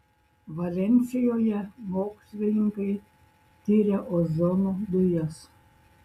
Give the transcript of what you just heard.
valensijoje mokslininkai tiria ozono dujas